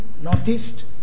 Northeast